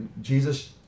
Jesus